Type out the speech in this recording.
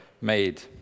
made